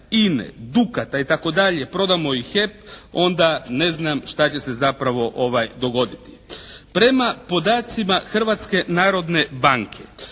INA-e, Dukata i tako dalje prodamo i HEP onda ne znam šta će se zapravo dogoditi? Prema podacima Hrvatske narodne banke